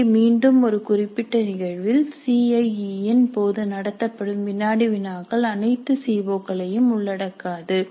இங்கே மீண்டும் ஒரு குறிப்பிட்ட நிகழ்வில் சி ஐஈ இன் போது நடத்தப்படும் வினாடி வினாக்கள் அனைத்து சி ஓ களையும் உள்ளடக்காது